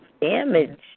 damage